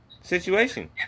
situation